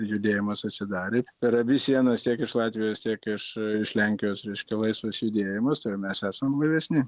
judėjimas atsidarė per abi sienas tiek iš latvijos tiek iš iš lenkijos reiškia laisvas judėjimas ir mes esam blaivesni